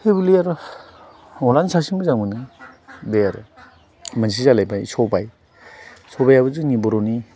ऐबुलि आरो अनलाजों साबसिन मोजां मोनो बे आरो मोनसे जालायबाय सबाइ सबाइयाबो जोंनि बर'नि